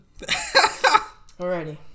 Alrighty